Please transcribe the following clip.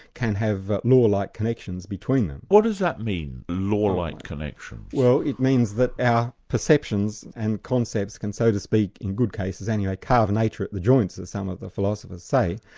can have law-like connections between them. what does that mean, law-like connections? well it means that our perceptions and concepts, can so to speak in good cases anyway, carve nature at the joints, as some of the philosophers say,